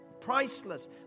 priceless